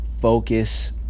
focus